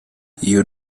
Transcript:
you